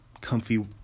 comfy